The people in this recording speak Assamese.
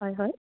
হয় হয়